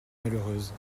malheureuse